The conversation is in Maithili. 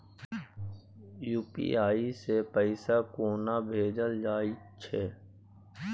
यू.पी.आई सँ पैसा कोना भेजल जाइत छै?